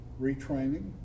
retraining